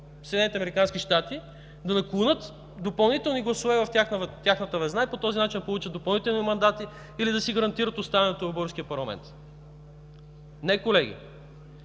да наклонят допълнителни гласове в тяхната везна и по този начин да получат допълнителни мандати или да си гарантират оставането в българския парламент? Не, колеги!